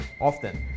often